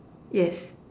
yes